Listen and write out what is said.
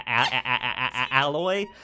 alloy